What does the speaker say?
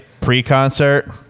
pre-concert